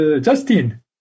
Justin